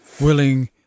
willing